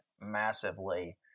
massively